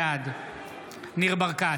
בעד ניר ברקת,